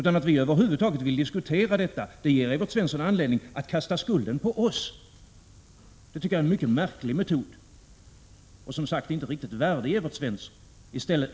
Att vi över huvud taget vill diskutera detta ger Evert Svensson anledning att kasta skulden på oss. Det tycker jag är en mycket märklig metod och, som sagt, inte riktigt värdig Evert Svensson.